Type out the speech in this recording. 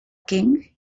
king